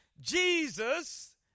Jesus